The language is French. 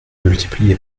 multiplié